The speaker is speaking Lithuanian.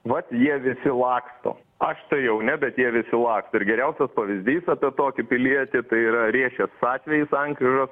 vat jie visi laksto aš tai jau ne bet jie visi laksto ir geriausias pavyzdys apie tokį pilietį tai yra riešės atvejis sankryžos